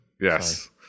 Yes